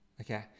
Okay